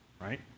right